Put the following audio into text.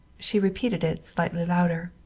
she repeated it, slightly louder.